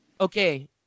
Okay